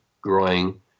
growing